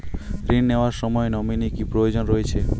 ঋণ নেওয়ার সময় নমিনি কি প্রয়োজন রয়েছে?